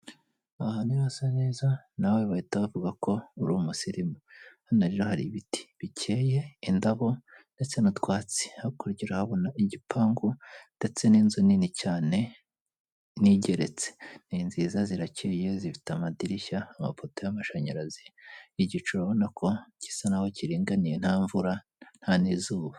Ahantu hasa neza nawe bahita bavuga ko uri umusirimu hano rero hari ibiti bikeye, indabo, ndetse n'utwatsi hakurya urahabona igipangu ndetse n'inzu nini cyane n'igeretse, ni nziza zirakeye zifite amadirishya amapoto y'amashanyarazi, igicu urabona ko gisa naho kiringaniye nta mvura, nta n'izuba.